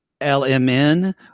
LMN